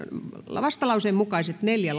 vastalauseen mukaiset neljä